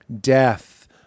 death